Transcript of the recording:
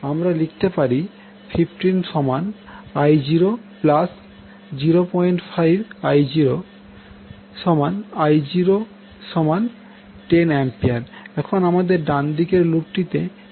আমরা লিখতে পারি 15I005I0I010A এখন আমাদের ডানদিকের লুপটিতে KVL প্রয়োগ করা প্রয়োজন